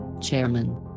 Chairman